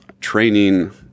training